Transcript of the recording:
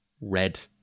red